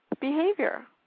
behavior